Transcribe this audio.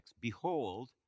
Behold